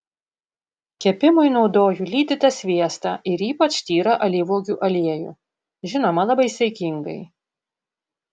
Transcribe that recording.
kepimui naudoju lydytą sviestą ir ypač tyrą alyvuogių aliejų žinoma labai saikingai